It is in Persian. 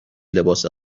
لباس